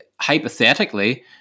hypothetically